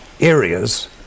areas